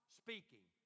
speaking